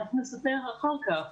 נספר אחר כך.